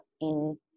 in-